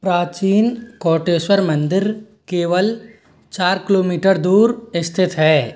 प्राचीन कोटेश्वर मंदिर केवल चार किलोमीटर दूर स्थित है